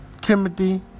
Timothy